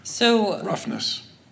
roughness